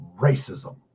racism